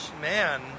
Man